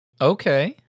okay